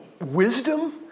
wisdom